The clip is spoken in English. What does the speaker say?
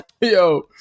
Yo